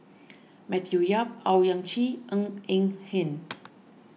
Matthew Yap Owyang Chi Ng Eng Hen